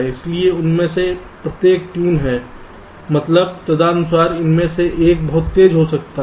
इसलिए उनमें से प्रत्येक ट्यून है मतलब तदनुसार उनमें से एक बहुत तेज हो सकता है